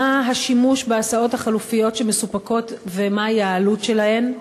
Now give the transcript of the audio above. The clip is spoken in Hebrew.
2. כמה משתמשים בהסעות החלופיות המסופקות ומה היא העלות שלהן?